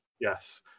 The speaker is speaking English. Yes